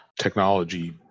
technology